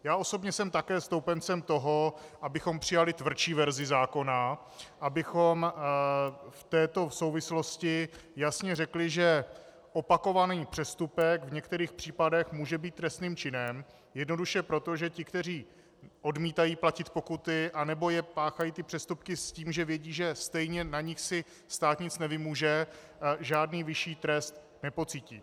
Já osobně jsem také stoupencem toho, abychom přijali tvrdší verzi zákona, abychom v této souvislosti jasně řekli, že opakovaný přestupek v některých případech může být trestným činem jednoduše proto, že ti, kteří odmítají platit pokuty anebo páchají přestupky s tím, že vědí, že stejně na nich si stát nic nevymůže, žádný vyšší trest nepocítí.